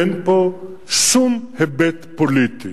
אין פה שום היבט פוליטי.